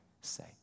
say